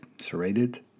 serrated